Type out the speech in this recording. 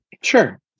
Sure